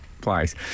place